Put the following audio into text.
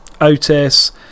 Otis